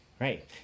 Right